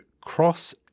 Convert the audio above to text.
cross